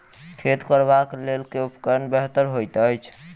खेत कोरबाक लेल केँ उपकरण बेहतर होइत अछि?